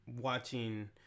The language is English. watching